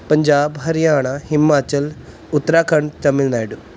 Punjab Haryana Himachal Uttarakhand Tamil Nadu